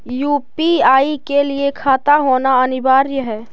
UPI के लिए खाता होना अनिवार्य है?